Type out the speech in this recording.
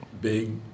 big